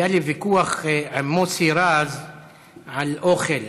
היה לי ויכוח עם מוסי רז על אוכל,